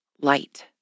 light